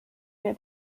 mir